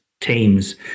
Teams